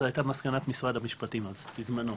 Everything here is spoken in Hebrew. זה הייתה מסקנת משרד המשפטים אז בזמנו.